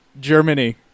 Germany